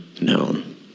known